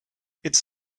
its